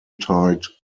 tight